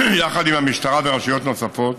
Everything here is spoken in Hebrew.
יחד עם המשטרה ורשויות נוספות,